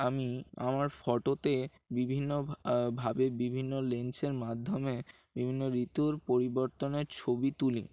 আমি আমার ফটোতে বিভিন্ন ভাবে বিভিন্ন লেন্সের মাধ্যমে বিভিন্ন ঋতুর পরিবর্তনের ছবি তুলি